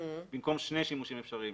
במקום שני שימושים אפשריים,